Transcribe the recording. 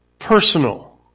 personal